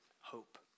hope